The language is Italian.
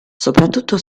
soprattutto